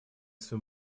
свой